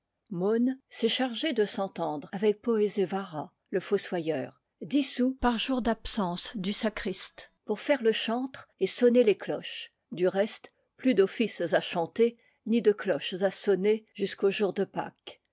s'est chargée de s'entendre avec poézévara le fossoyeur dix sous par jour d'absence du sacriste pour faire le chantre et sonner les cloches du reste plus d'offices à chanter ni de cloches à sonner jusqu'au jour de pâques